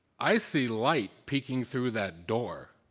i see light peeking through that door.